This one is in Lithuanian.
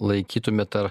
laikytumėt ar